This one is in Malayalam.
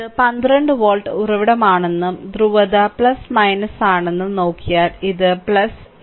ഇത് 12 വോൾട്ട് ഉറവിടമാണെന്നും ധ്രുവത ആണെന്നും നോക്കിയാൽ ഇത് ഇതാണ് 6Ω